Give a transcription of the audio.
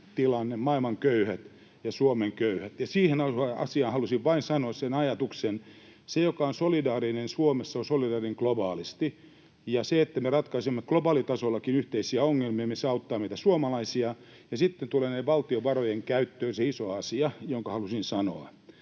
tilanne, maailman köyhät, ja Suomen köyhät. Siihen asiaan halusin vain sanoa sen ajatuksen, että se, joka on solidaarinen Suomessa, on solidaarinen globaalisti. Ja se, että me ratkaisemme globaalitasollakin yhteisiä ongelmia, auttaa meitä suomalaisia. Ja sitten tulee valtion varojen käytöstä se iso asia, jonka halusin sanoa.